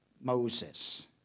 Moses